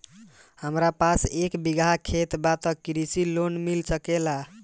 हमरा पास एक बिगहा खेत बा त कृषि लोन मिल सकेला?